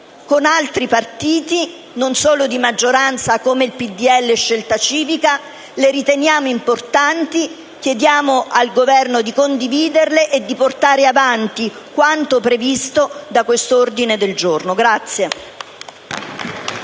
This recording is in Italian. con altri partiti, non solo di maggioranza come il PdL e Scelta Civica; le riteniamo importanti e chiediamo al Governo di condividerle e di portare avanti quanto previsto da questo ordine del giorno.